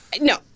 no